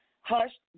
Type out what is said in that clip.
hushed